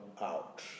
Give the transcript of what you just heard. out